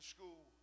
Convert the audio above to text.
school